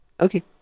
Okay